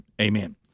Amen